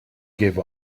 gave